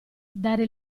dare